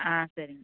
ஆ சரிங்க